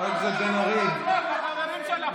בושה.